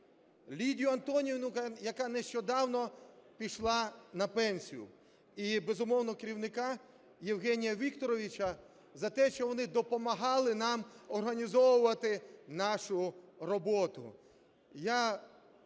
Лідію Антонівну, яка нещодавно пішла на пенсію, і, безумовно, керівника Євгенія Вікторовича за те, що вони допомагали нам організовувати нашу роботу.